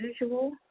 usual